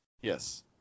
Yes